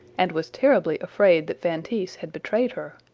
and was terribly afraid that feintise had betrayed her,